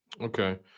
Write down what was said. Okay